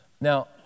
Now